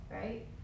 right